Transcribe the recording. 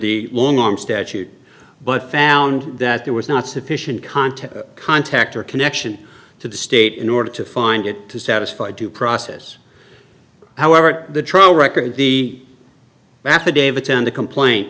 the long arm statute but found that there was not sufficient content contact or connection to the state in order to find it to satisfy due process however the trial record the affidavit and the complain